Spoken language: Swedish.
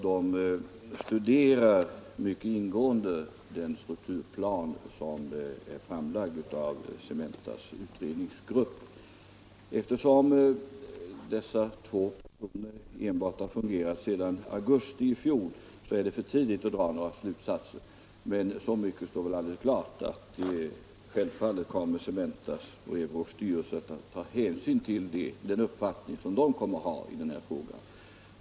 De studerar mycket ingående den strukturplan som är framlagd av Cementas utredningsgrupp. Eftersom dessa två personer bara har fungerat i styrelsen sedan augusti i fjol är det för tidigt att dra några slutsatser, men så mycket står väl alldeles klart att Cementas och Eurocs styrelser kommer att ta hänsyn till den uppfattning som representanterna har i den här frågan.